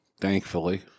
Thankfully